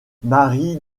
marie